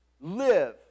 live